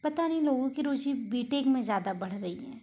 पता नहीं लोगों कि रुचि बी टेक में ज़्यादा बढ़ रही है